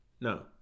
no